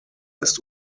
ist